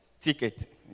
ticket